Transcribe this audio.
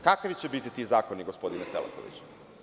Kakvi će biti ti zakoni, gospodine Selakoviću?